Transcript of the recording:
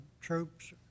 troops